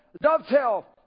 dovetail